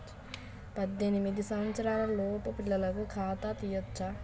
పద్దెనిమిది సంవత్సరాలలోపు పిల్లలకు ఖాతా తీయచ్చా?